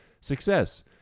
Success